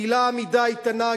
גילה עמידה איתנה,